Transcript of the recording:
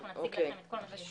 נציג לכם את כל מה שיש לנו.